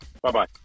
Bye-bye